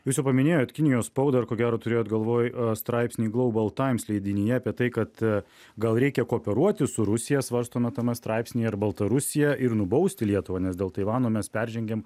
jūs jau paminėjot kinijos spaudą ir ko gero turėjot galvoj straipsnį global taims leidinyje apie tai kad gal reikia kooperuotis su rusija svarstoma tame straipsnyje ir baltarusija ir nubausti lietuvą nes dėl taivano mes peržengėm